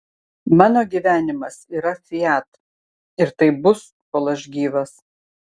mano gyvenimas yra fiat ir taip bus kol aš gyvas